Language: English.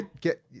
Get